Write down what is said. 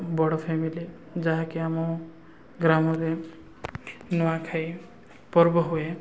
ବଡ଼ ଫ୍ୟାମିଲି ଯାହାକି ଆମ ଗ୍ରାମରେ ନୂଆଖାଇ ପର୍ବ ହୁଏ